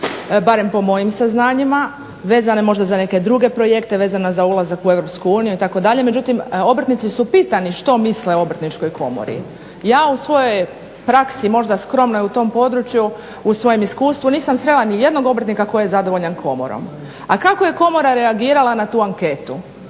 barem po mojim saznanjima vezane možda za neke druge projekte, vezane za ulazak u EU itd. međutim obrtnici su pitani što misle o Obrtničkoj komori. Ja u svojoj praksi možda skromnoj u toj području u svom iskustvu nisam srela nijednog obrtnika koji je zadovoljan komorom. A kako je komora reagirala na tu anketu?